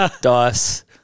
Dice